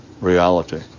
reality